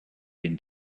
been